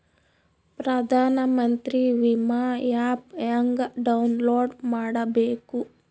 ಪ್ರಧಾನಮಂತ್ರಿ ವಿಮಾ ಆ್ಯಪ್ ಹೆಂಗ ಡೌನ್ಲೋಡ್ ಮಾಡಬೇಕು?